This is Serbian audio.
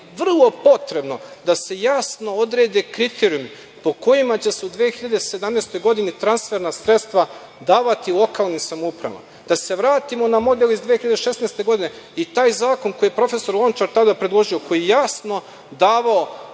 vrlo potrebno da se jasno odrede kriterijumi po kojima će se u 2017. godini transferna sredstva davati lokalnim samoupravama. Da se vratimo na model iz 2016. godine i taj zakon koji je prof. Lončar tada predložio, koji je jasno davao